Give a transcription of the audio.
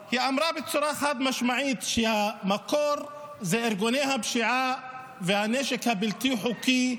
היא אמרה בצורה חד-משמעית שהמקור זה ארגוני הפשיעה והנשק הבלתי-חוקי,